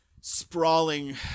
sprawling